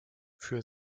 für